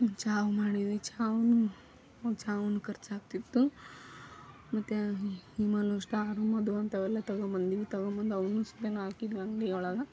ಚಹಾ ಮಾಡಿದ್ವಿ ಚಹಾನು ಚಹಾ ಒಂದು ಖರ್ಚಾಗ್ತಿತ್ತು ಮತ್ತು ವಿಮಲ್ಲು ಸ್ಟಾರು ಮಧು ಅಂಥವೆಲ್ಲ ತೊಗೊಂಡ್ಬಂದ್ವಿ ತೊಗೊಂಡು ಬಂದು ಅವನ್ನು ಸತಿ ಹಾಕಿದ್ವಿ ಅಂಗಡಿ ಒಳಗೆ